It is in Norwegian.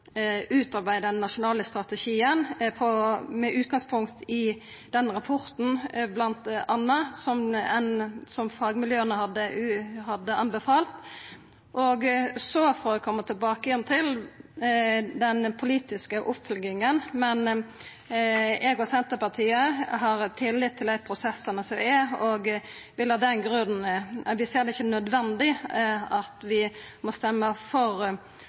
utarbeida den nasjonale strategien med utgangspunkt bl.a. i den rapporten som fagmiljøa hadde tilrådd. Så får ein koma tilbake til den politiske oppfølginga, men eg og Senterpartiet har tillit til dei prosessane som er i gang og ser det ikkje som nødvendig å stemma for forslaga frå Arbeidarpartiet i denne saka, sjølv om vi